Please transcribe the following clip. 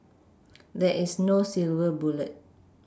there is no silver bullet